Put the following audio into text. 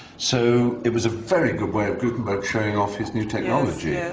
so it was a very good way of gutenberg showing off his new technology. ah